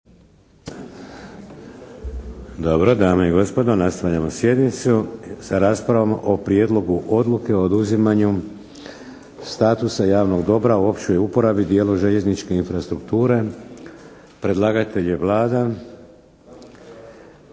Dobro. Dame i gospodo nastavljamo sjednicu sa raspravom o: - Prijedlog odluke o oduzimanju statusa javnog dobra u općoj uporabi dijelu željezničke infrastrukture Predlagatelj je Vlada.